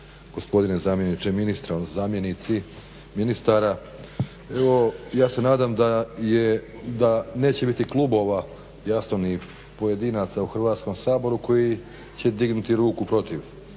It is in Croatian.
gospodine zamjeniče ministra, odnosno zamjenici ministara. Evo, ja se nadam da je, da neće biti klubova, jasno ni pojedinaca u Hrvatskom saboru koji će dignuti ruku protiv